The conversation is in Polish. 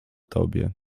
tobie